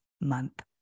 month